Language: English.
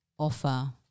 Offer